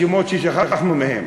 השמות ששכחנו מהם.